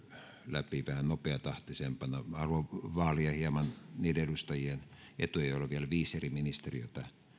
läpi vähän nopeatahtisempana minä haluan vaalia hieman niiden edustajien etuja joilla on vielä viisi eri ministeriötä